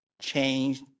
change